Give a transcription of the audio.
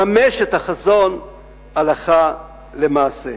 לממש את החזון הלכה למעשה,